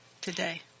today